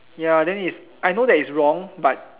ya then it's I know that it's wrong but